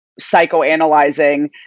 psychoanalyzing